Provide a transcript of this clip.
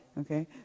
okay